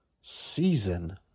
season